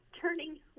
turning